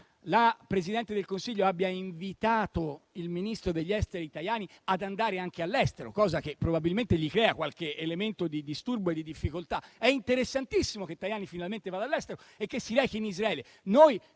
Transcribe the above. la Presidente del Consiglio abbia invitato il ministro degli affari esteri della cooperazione internazionale Tajani ad andare anche all'estero; cosa che probabilmente gli crea qualche elemento di disturbo e di difficoltà. È interessantissimo che Tajani finalmente vada all'estero e si rechi in Israele.